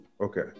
Okay